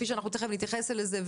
ותיכף נתייחס לזה,